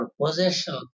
possession